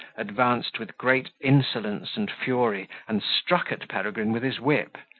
advanced with great insolence and fury, and struck at peregrine with his whip.